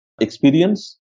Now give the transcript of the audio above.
experience